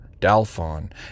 Dalphon